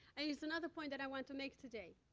it's another point that i want to make today.